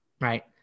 right